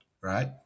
right